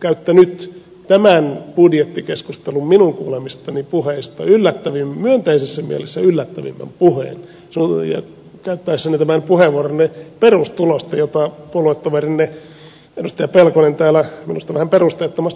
käyttänyt tämän budjettikeskustelun minun kuulemistani puheista myönteisessä mielessä yllättävimmän puheen käyttäessänne tämän puheenvuoronne perustulosta jota puoluetoverinne edustaja pelkonen täällä minusta vähän perusteettomasti vastusti